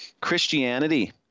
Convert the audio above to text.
Christianity